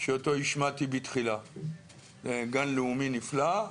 שאותו השמעתי בתחילה, גן לאומי זה נפלא,